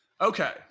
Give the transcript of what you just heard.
Okay